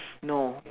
no